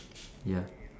ya